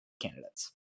candidates